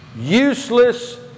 useless